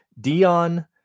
Dion